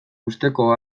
uzteko